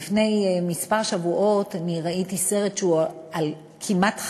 לפני כמה שבועות ראיתי סרט שהוא כמעט,